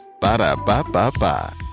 Ba-da-ba-ba-ba